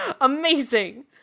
amazing